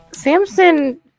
Samson